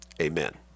amen